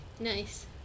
Nice